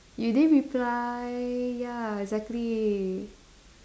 you didn't reply ya exactly